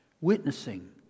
witnessing